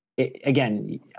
Again